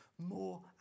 more